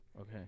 okay